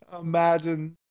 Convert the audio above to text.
imagine